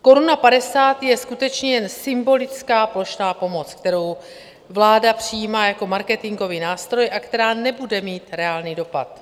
Koruna padesát je skutečně jen symbolická plošná pomoc, kterou vláda přijímá jako marketingový nástroj a která nebude mít reálný dopad.